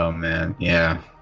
ah man, yeah!